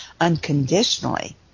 unconditionally